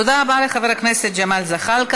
תודה רבה לחבר הכנסת ג'מאל זחאלקה.